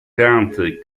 county